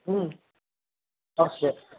अस्तु